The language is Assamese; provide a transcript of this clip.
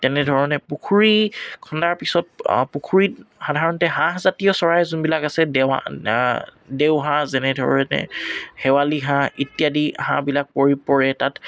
তেনেধৰণে পুখুৰী খন্দাৰ পিছত পুখুৰীত সাধাৰণতে হাঁহজাতীয় চৰাই যোনবিলাক আছে দেৱা দেওহাঁহ যেনেধৰণে শেৱালী হাঁহ ইত্যাদি হাঁহবিলাক পৰি পৰে তাত